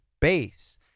base